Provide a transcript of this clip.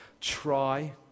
try